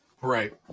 Right